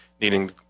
needing